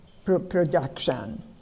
production